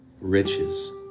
Riches